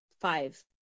five